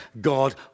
God